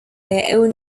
their